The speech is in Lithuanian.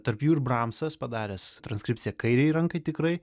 tarp jų ir bramsas padaręs transkripciją kairei rankai tikrai